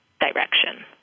direction